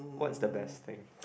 what's the best thing